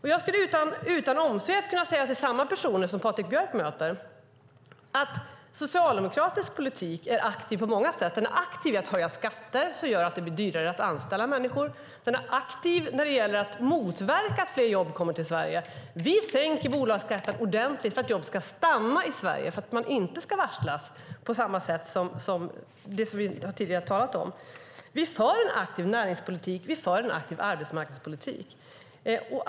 Jag skulle kunna säga till samma personer som Patrik Björck möter att socialdemokratisk politik är aktiv på många sätt. Den är aktiv i att höja skatter som gör att det blir dyrare att anställa människor. Den är aktiv när det gäller att motverka att fler jobb kommer till Sverige. Vi sänker bolagsskatten ordentligt för att jobben ska stanna i Sverige och för att man inte ska varslas. Vi för en aktiv näringspolitik, och vi för en aktiv arbetsmarknadspolitik.